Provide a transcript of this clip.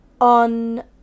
on